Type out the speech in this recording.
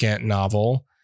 novel